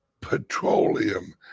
petroleum